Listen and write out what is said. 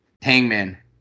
Hangman